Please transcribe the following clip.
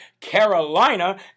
Carolina